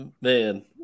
man